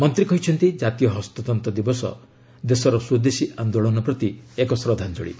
ମନ୍ତ୍ରୀ କହିଛନ୍ତି ଜାତୀୟ ହସ୍ତତ୍ତ ଦିବସ ଦେଶର ସ୍ପଦେଶୀ ଆନ୍ଦୋଳନ ପ୍ରତି ଏକ ଶ୍ରଦ୍ଧାଞ୍ଜଳୀ